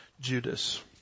Judas